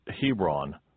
Hebron